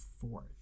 fourth